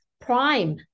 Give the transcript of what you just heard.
prime